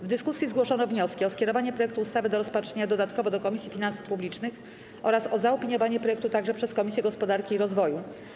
W dyskusji zgłoszono wnioski: - o skierowanie projektu ustawy do rozpatrzenia dodatkowo do Komisji Finansów Publicznych, - o zaopiniowanie projektu także przez Komisję Gospodarki i Rozwoju.